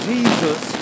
Jesus